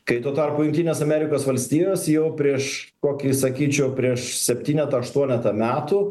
kai tuo tarpu jungtinės amerikos valstijos jau prieš kokį sakyčiau prieš septynetą aštuonetą metų